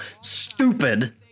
stupid